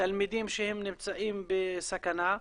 תלמידים שהם נמצאים בסכנה.